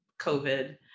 covid